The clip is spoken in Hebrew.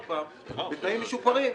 אבל בתנאים משופרים.